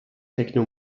techno